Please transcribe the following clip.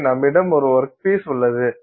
எனவே நம்மிடம் ஒரு வொர்க் பீஸ் உள்ளது